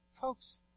Folks